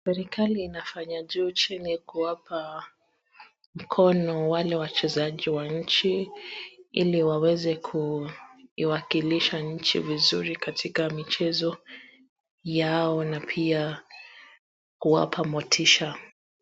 Serikali inafanya juu chini kuwapa mkono wale wachezaji wa nchi, ili waweze kuiwakilisha nchi vizuri katika michezo yao na pia kuwapa motisha.